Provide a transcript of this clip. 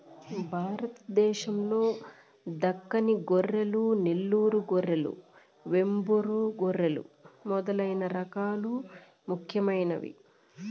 భారతదేశం లో దక్కని గొర్రెలు, నెల్లూరు గొర్రెలు, వెంబూరు గొర్రెలు మొదలైన రకాలు ముఖ్యమైనవి